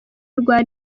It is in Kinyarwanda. rwa